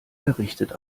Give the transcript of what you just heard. errichtet